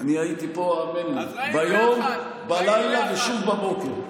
אני הייתי פה, האמן לי, ביום, בלילה, ושוב בבוקר.